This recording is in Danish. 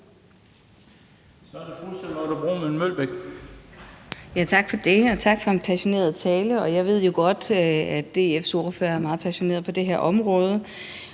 Tak for det, og tak for en passioneret tale. Jeg ved jo godt, at DF's ordfører er meget passioneret på det her område,